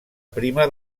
prima